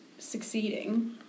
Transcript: Succeeding